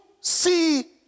see